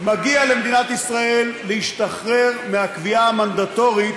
מגיע למדינת ישראל להשתחרר מהקביעה המנדטורית